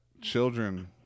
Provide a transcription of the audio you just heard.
children